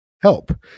help